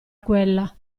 quella